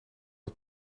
het